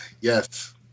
Yes